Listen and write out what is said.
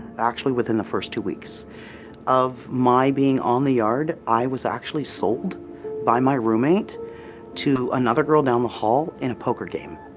actually, within the first two weeks of my being on the yard, i was actually sold by my roommate to another girl down the hall in a poker game.